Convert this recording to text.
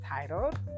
titled